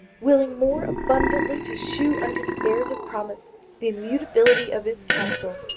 willing more abundantly to shew unto the heirs of promise the immutability of his counsel,